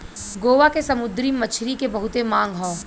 गोवा के समुंदरी मछरी के बहुते मांग हौ